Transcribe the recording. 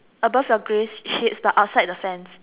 above your grey sheet but outside the fence